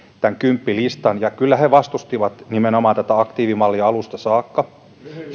tämän kymppilistan ja kyllä he vastustivat nimenomaan tätä aktiivimallia alusta saakka